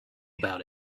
about